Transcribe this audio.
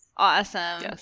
Awesome